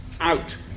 out